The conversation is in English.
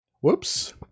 Whoops